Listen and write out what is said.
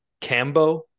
Cambo